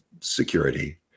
security